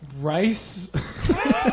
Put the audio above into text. rice